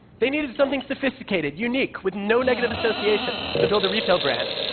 they needed something sophisticated, unique, with no negative associations to build a retail brand,